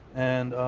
and i'm